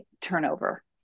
turnover